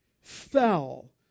fell